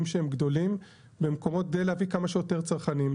שהם גדולים ולהביא כמה שיותר צרכנים.